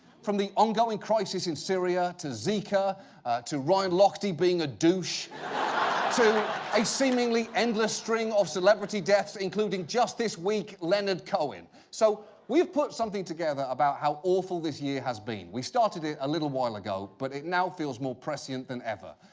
from the ongoing crisis in syria to zika to ryan lochte being a douche to a seemingly endless string of celebrity deaths, including just this week leonard cohen. so we've put something together about how awful this year has been. we started it a little while ago, but it now feels more prescient than ever.